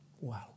Wow